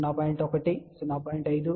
కాబట్టి ఇది 0 0